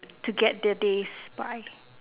to get their days by